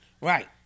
Right